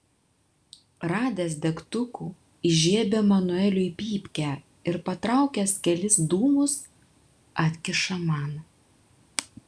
radęs degtukų įžiebia manueliui pypkę ir patraukęs kelis dūmus atkiša man